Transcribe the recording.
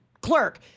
clerk